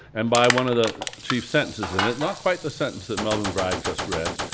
and by one of the chief sentences in it, not quite the sentence that melvyn bragg just read,